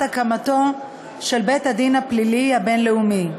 הקמתו של בית-הדין הפלילי הבין-לאומי.